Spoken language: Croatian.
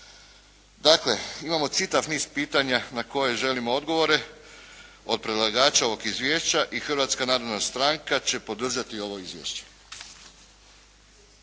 Dakle, imamo čitav niz pitanja na koje želimo odgovore od predlagača ovog izvješća i Hrvatska narodna stranka će podržati ovo izvješće.